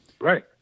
right